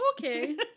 Okay